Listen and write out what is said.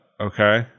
Okay